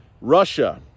Russia